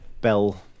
bell